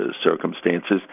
circumstances